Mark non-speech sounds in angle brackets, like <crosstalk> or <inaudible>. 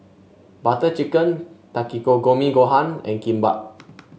Butter Chicken <unintelligible> Gohan and Kimbap